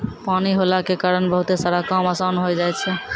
पानी होला के कारण बहुते सारा काम आसान होय जाय छै